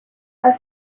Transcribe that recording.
are